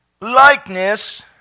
likeness